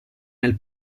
nel